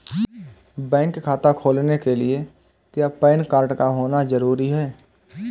Bank खाता खोलने के लिए क्या पैन कार्ड का होना ज़रूरी है?